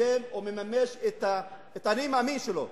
מיישם או מממש את ה"אני מאמין" שלו.